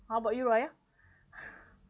how about you raya